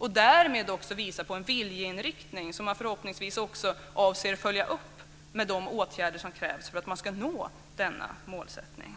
Därmed visar man också på en viljeinriktning som man förhoppningsvis avser att följa upp med de åtgärder som krävs för att man ska nå målsättningen.